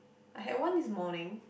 I had one this morning